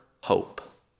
hope